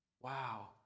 Wow